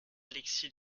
alexis